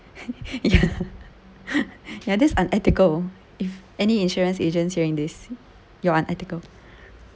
ya ya this is unethical if any insurance agents hearing this you're unethical